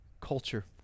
culture